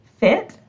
fit